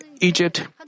Egypt